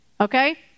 Okay